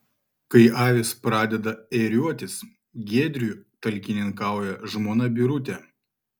kai avys pradeda ėriuotis giedriui talkininkauja žmona birutė